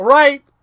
right